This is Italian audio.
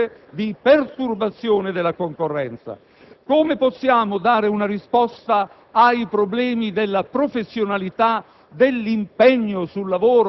un forte fattore di perturbazione della concorrenza? Come possiamo dare una risposta ai problemi della professionalità,